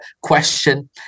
question